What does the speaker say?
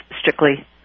strictly